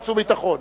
וביטחון.